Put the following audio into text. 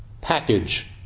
package